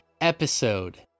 episode